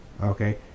okay